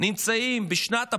נמצאים בשנת הפטור,